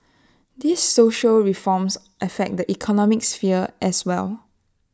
these social reforms affect the economic sphere as well